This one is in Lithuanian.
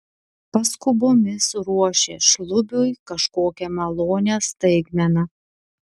paskubomis ruošė šlubiui kažkokią malonią staigmeną